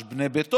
יש בני ביתו,